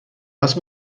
دست